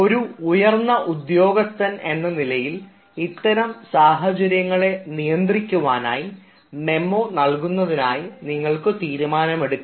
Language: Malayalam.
ഒരു ഉയർന്ന ഉദ്യോഗസ്ഥൻ എന്ന നിലയിൽ ഇത്തരം സാഹചര്യങ്ങളെ നിയന്ത്രിക്കുവാനായി മെമ്മോ നൽകുന്നതിനായി നിങ്ങൾക്ക് തീരുമാനം എടുക്കാം